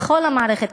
בכל המערכת,